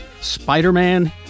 Spider-Man